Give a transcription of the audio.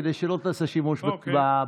כדי שלא תעשה שימוש במיקרופון,